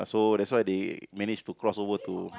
so that's why they manage to cross over to